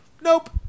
Nope